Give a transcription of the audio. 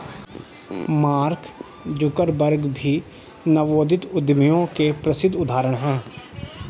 mark जुकरबर्ग भी नवोदित उद्यमियों के प्रसिद्ध उदाहरण हैं